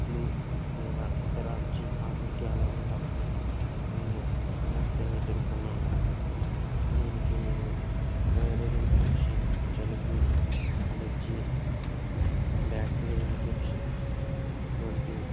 flu లేదా ఇతర చిన్న ఆరోగ్యాల వల్ల నేను సమస్యను ఎదుర్కొన్నాను దీనికి నేను వైరల్ ఇన్ఫెక్షన్ జలుబు అలర్జీ బ్యాక్టీరియల్ ఇన్ఫెక్షన్ వంటి